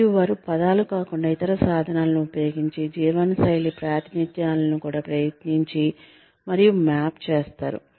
మరియు వారు పదాలు కాకుండా ఇతర సాధనాలను ఉపయోగించి జీవనశైలి ప్రాతినిధ్యాలను కూడా ప్రయత్నించి మరియు మ్యాప్ చేస్తారు